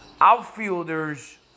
outfielders